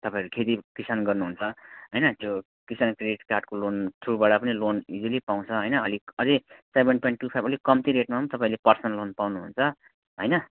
तपाईँहरू खेती किसान गर्नुहुन्छ हैन त्यो किसान क्रेडिट कार्डको लोन थ्रुबाट पनि लोन इजिली पाउँछ हैन अलिक अझै सेभेन पोइन्ट टु फाइभ अलिक कम्ती रेटमा पनि तपाईँले पर्सनल लोन पाउनु हुन्छ हैन